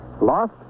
Lost